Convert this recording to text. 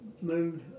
moved